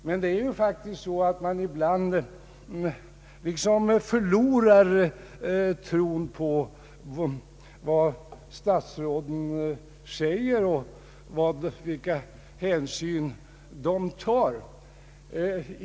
Men det är faktiskt så att man ibland förlorar tron på vad statsråden säger och undrar vilka hänsyn de tar.